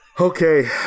Okay